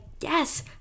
yes